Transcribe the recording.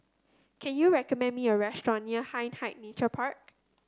can you recommend me a restaurant near Hindhede Nature Park